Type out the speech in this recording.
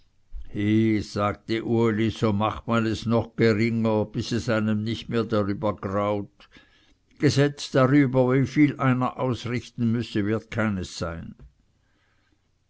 sagte uli so macht man es noch geringer bis es einem nicht mehr darüber graut gesetz darüber wieviel einer ausrichten müsse wird keines sein